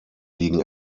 liegen